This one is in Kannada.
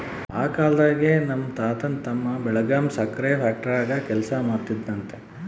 ಆ ಕಾಲ್ದಾಗೆ ನಮ್ ತಾತನ್ ತಮ್ಮ ಬೆಳಗಾಂ ಸಕ್ರೆ ಫ್ಯಾಕ್ಟರಾಗ ಕೆಲಸ ಮಾಡ್ತಿದ್ನಂತೆ